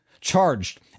charged